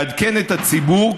לעדכן את הציבור,